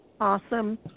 Awesome